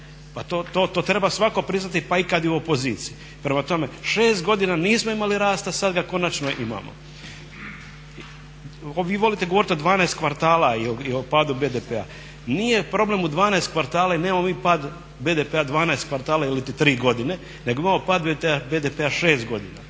Pa to treba svatko priznati pa i kad je u opoziciji. Prema tome 6 godina nismo imali rasta, sada ga konačno imamo. Vi volite govoriti od 12 kvartala i o padu BDP-a. Nije problem u 12 kvartala i nemamo mi pad BDP-a 12 kvartala ili 3 godine, nego imamo pad BDP-a 6 godina.